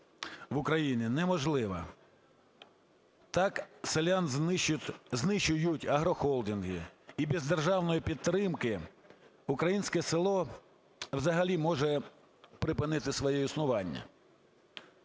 в Україні неможливо. Так селян знищують агрохолдинги, і без державної підтримки українське село взагалі може припинити своє існування.